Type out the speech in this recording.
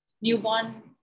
newborn